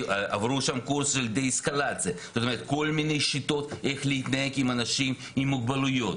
כל מיני שיטות איך להתנהג עם אנשים עם מוגבלויות.